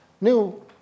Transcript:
new